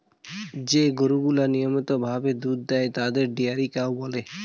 যে গরুগুলা নিয়মিত ভাবে দুধ দেয় তাদের ডেয়ারি কাউ বলে